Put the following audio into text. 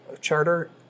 charter